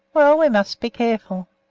well, we must be careful.